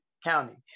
county